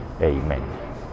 Amen